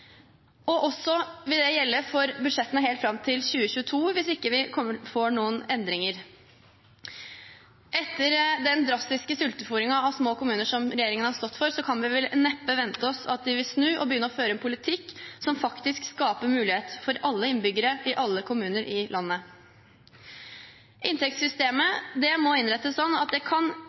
vil også gjelde for budsjettene helt fram til 2022, hvis vi ikke får noen endringer. Etter den drastiske sulteforingen av små kommuner som regjeringen har stått for, kan vi vel neppe vente oss at de vil snu og begynne å føre en politikk som faktisk skaper mulighet for alle innbyggere i alle kommuner i landet. Inntektssystemet må innrettes sånn at det